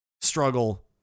struggle